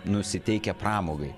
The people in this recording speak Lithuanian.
nusiteikę pramogai